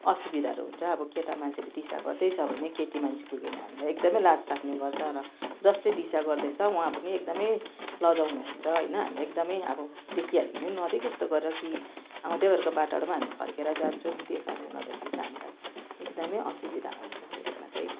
असुविधाहरू हुन्छ अब केटा मान्छेले दिसा गर्दैछ भने केटी मान्छे पुगेर हामीलाई एकदमै लाज लाग्ने गर्छ र जसले दिसा गर्दैछ उहाँ पनि एकदमै लजाउनु हुन्छ होइन हामीले एकदमै अब देखिहाल्यो भने पनि नदेखे जस्तो गरेर कि आउँदैगरेको बाटामा हामी फर्केर जान्छौँ त्यही कारणले गर्दाखेरि चाहिँ हामीलाई एकदमै असुविधा हुन्छ यसमा चाहिँ